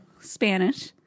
Spanish